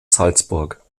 salzburg